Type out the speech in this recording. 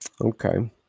Okay